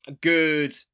good